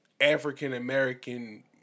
African-American